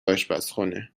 آشپزخونه